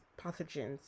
pathogens